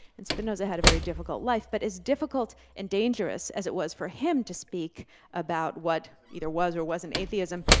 and sponoza had a very difficult life, but as difficult and dangerous as it was for him to speak about what either what or wasn't atheism